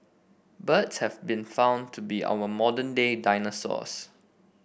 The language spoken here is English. birds have been found to be our modern day dinosaurs